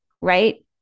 right